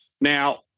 Now